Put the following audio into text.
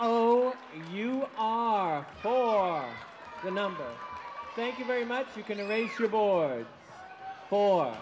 oh you are oh the number thank you very much you can raise your boy for